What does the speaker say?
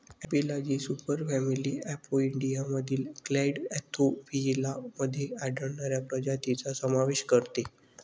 एपिलॉजी सुपरफॅमिली अपोइडियामधील clade Anthophila मध्ये आढळणाऱ्या प्रजातींचा समावेश करते